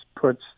puts